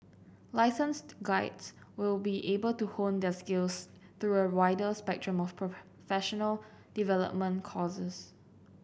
licensed guides will be able to hone their skills through a wider spectrum of professional development courses